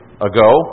ago